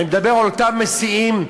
אני מדבר על אותם מסיעים,